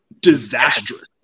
disastrous